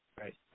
Right